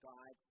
God